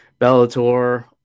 Bellator